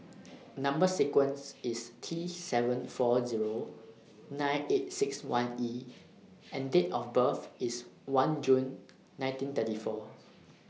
Number sequence IS T seven four Zero nine eight six one E and Date of birth IS one June nineteen thirty four